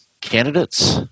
candidates